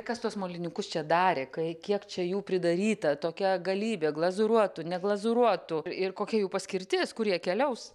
kas tuos moliniukus čia darė kai kiek čia jų pridaryta tokia galybė glazūruotų neglazūruotų ir kokia jų paskirtis kur jie keliaus